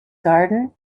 garden